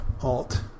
alt